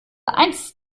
eins